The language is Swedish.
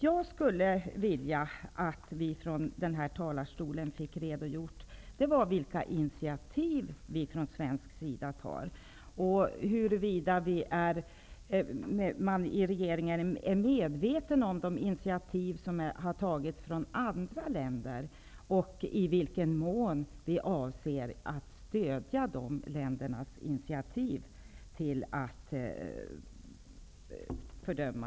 Jag skulle vilja att vi från den här talarstolen fick en redogörelse för vilka initiativ vi i Sverige tar, huruvida regeringen är medveten om de initiativ som tagits av andra länder och i vilken mån vi avser att stödja dessa länders initiativ till att fördöma